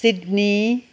Sydney